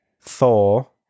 Thor